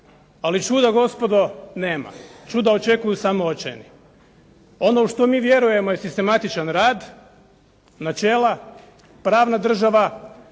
ali čuda gospodo nema. Čuda očekuju samo očajni. Ono u što mi vjerujemo je sistematičan rad, načela, pravna država,